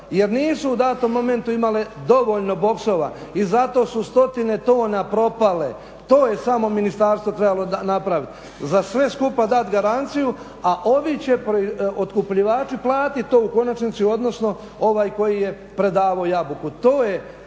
jer nisu u datom momentu imale dovoljno boksova i zato su stotine tona propale. To je samo ministarstvo trebalo napraviti. Za sve skupa dati garanciju, a ovi će otkupljivači platiti to u konačnici, odnosno ovaj koji je predavao jabuku.